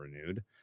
renewed